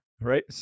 right